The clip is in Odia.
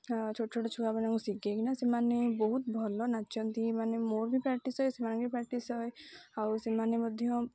ଛୋଟ ଛୋଟ ଛୁଆମାନଙ୍କୁ ଶିଖାଇକିନା ସେମାନେ ବହୁତ ଭଲ ନାଚନ୍ତି ମାନେ ମୋର ବି ପ୍ରାକ୍ଟିସ୍ ହୁଏ ସେମାନେ ବି ପ୍ରାକ୍ଟିସ୍ ହୁଏ ଆଉ ସେମାନେ ମଧ୍ୟ